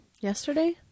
Yesterday